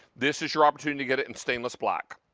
this is your opportunity to get it in stainless black.